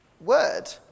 word